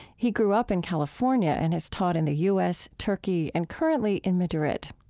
he grew up in california and has taught in the u s, turkey, and currently in madrid.